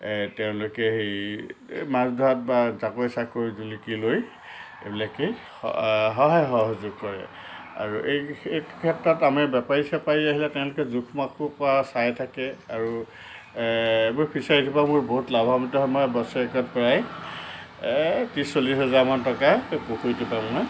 তেওঁলোকে হেৰি এই মাছ ধৰাত বা জাকৈ চাকৈ জুলুকি লৈ এইবিলাকে সহায় সহযোগ কৰে আৰু এই ক্ষেত্ৰত আমি বেপাৰী চেপাৰী আহিলে তেওঁলোকে জোখ মাখো কৰা চাই থাকে আৰু মোৰ ফিচাৰিটোৰ পৰা মোৰ বহুত লাভাম্বিত হয় মই বছৰেকত প্ৰায় ত্ৰিছ চল্লিছ হেজাৰ মান টকা এই পুখুৰীটোৰ পৰা মই